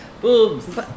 Boobs